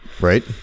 right